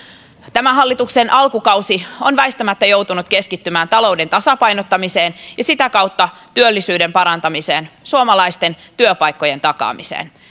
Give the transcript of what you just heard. tämän hallituksen alkukaudella on väistämättä jouduttu keskittymään talouden tasapainottamiseen ja sitä kautta työllisyyden parantamiseen suomalaisten työpaikkojen takaamiseen